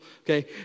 Okay